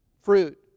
Fruit